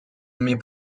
mes